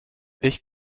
ich